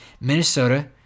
Minnesota